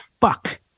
fuck